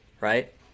right